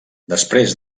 després